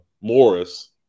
Morris